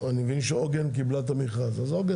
אני מבין שעוגן קיבלה את המכרז, אז עוגן תדבר.